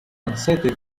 incentive